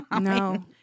No